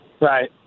Right